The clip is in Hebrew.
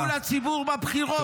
מה תביאו לציבור בבחירות,